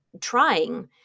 trying